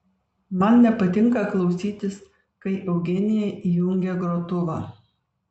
man nepatinka klausytis kai eugenija įjungia grotuvą